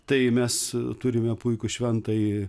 tai mes turime puikų šventąjį